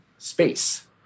space